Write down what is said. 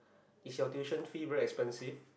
is your tuition fee very expensive